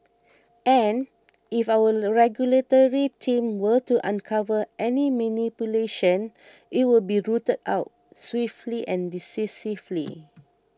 and if our regulatory team were to uncover any manipulation it would be rooted out swiftly and decisively